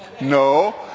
No